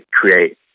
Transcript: create